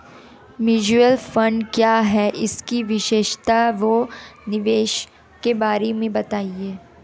Mutual fund क्या है इसकी विशेषता व निवेश के बारे में बताइये?